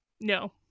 No